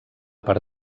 per